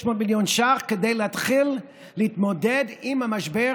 מיליון ש"ח כדי להתחיל להתמודד עם המשבר,